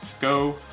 Go